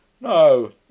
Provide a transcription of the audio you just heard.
no